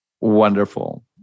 Wonderful